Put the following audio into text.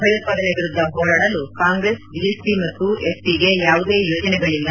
ಭಯೋತ್ತಾದನೆ ವಿರುದ್ಲ ಹೋರಾಡಲು Congress BSP ಮತ್ತು ಎಸ್ಪಿಗೆ ಯಾವುದೇ ಯೋಜನೆಗಳಿಲ್ಲ